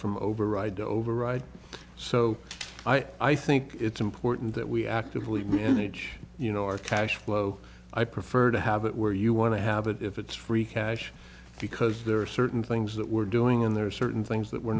from override override so i think it's important that we actively manage you know our cash flow i prefer to have it where you want to have it if it's free cash because there are certain things that we're doing in there are certain things that we're